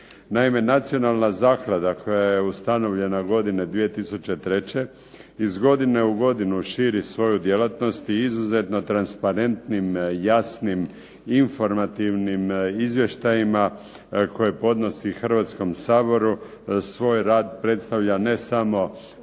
Naime nacionalna zaklada koja je ustanovljena godine 2003. iz godine u godinu širi svoju djelatnost i izuzetno transparentnim, jasnim, informativnim izvještajima koje podnosi Hrvatskom saboru svoj rad predstavlja ne samo